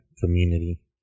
community